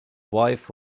wife